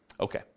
Okay